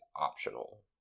optional